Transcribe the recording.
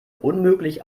unmöglich